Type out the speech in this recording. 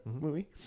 movie